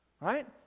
right